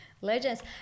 legends